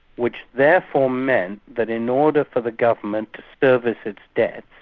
which therefore meant that in order for the government to service its debts,